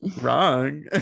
wrong